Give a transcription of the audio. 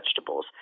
vegetables